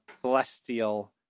celestial